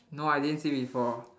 no I didn't see before